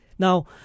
Now